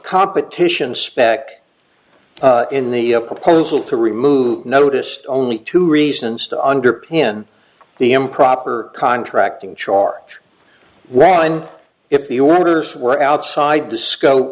competition spec in the proposal to remove noticed only two reasons to underpin the improper contracting charge ron if the orders were outside the scope